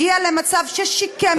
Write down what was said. הגיע למצב ששיקם את עצמו,